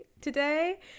today